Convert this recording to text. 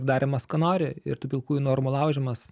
darymas ką nori ir tų pilkųjų normų laužymas